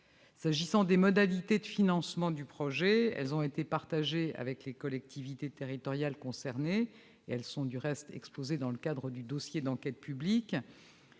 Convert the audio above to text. S'agissant des modalités de financement du projet, elles ont été partagées avec les collectivités territoriales concernées. Elles sont, du reste, exposées dans le cadre du dossier de l'enquête publique.